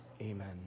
Amen